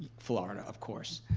florida, of course.